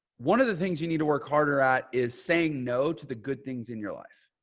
one of the things you need to work harder at is saying no to the good things in your life.